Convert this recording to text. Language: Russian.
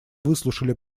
выслушали